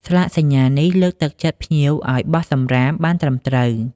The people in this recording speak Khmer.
ស្លាកសញ្ញានេះលើកទឹកចិត្តភ្ញៀវឱ្យបោះសំរាមបានត្រឹមត្រូវ។